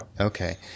Okay